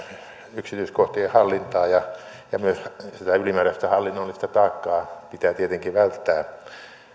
yksityiskohtien hallintaa ja myös sitä ylimääräistä hallinnollista taakkaa pitää tietenkin välttää